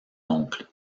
oncle